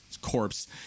corpse